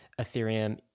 Ethereum